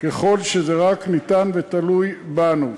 ככל שזה רק ניתן ותלוי בנו.